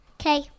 Okay